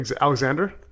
alexander